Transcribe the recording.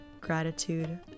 gratitude